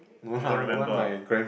don't remember ah